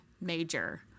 major